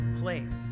place